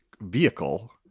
vehicle